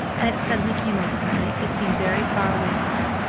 and it suddenly came over her that he seemed very far away from her,